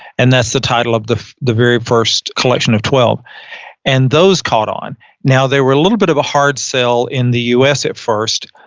and that's the title of the the very first collection of twelve and those caught on now, they were a little bit of a hard sale in the us at first,